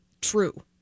True